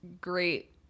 great